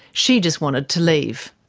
she just wanted to leave.